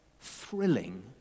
thrilling